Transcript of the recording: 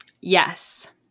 Yes